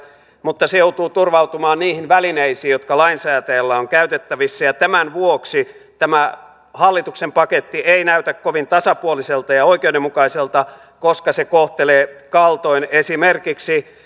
mutta se joutuu turvautumaan niihin välineisiin jotka lainsäätäjällä on käytettävissä ja tämän vuoksi tämä hallituksen paketti ei näytä kovin tasapuoliselta ja ja oikeudenmukaiselta koska se kohtelee kaltoin esimerkiksi